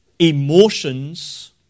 Emotions